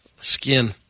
Skin